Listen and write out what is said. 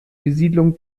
besiedlung